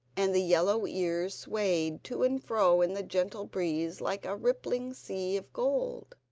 and the yellow ears swayed to and fro in the gentle breeze like a rippling sea of gold.